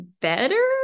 better